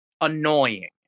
annoying